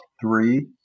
three